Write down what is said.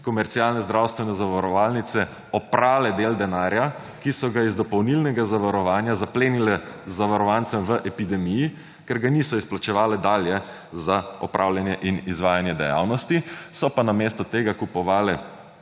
komercialne zdravstvene zavarovalnice oprale del denarja, ki so ga iz dopolnilnega zavarovanja zaplenile zavarovancem v epidemiji, ker ga niso izplačevale dalje za opravljanje in izvajanje dejavnosti, so pa namesto tega kupovale